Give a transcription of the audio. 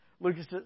Lucas